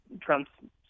Trump's